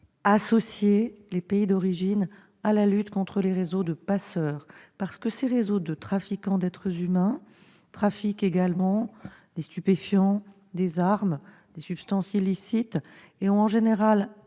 associer les pays d'origine à la lutte contre les réseaux de passeurs, parce que ces réseaux de trafiquants d'êtres humains, mais aussi de stupéfiants, d'armes, de substances illicites, ont en général